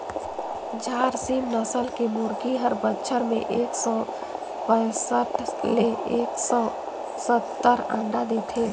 झारसीम नसल के मुरगी हर बच्छर में एक सौ पैसठ ले एक सौ सत्तर अंडा देथे